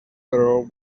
girl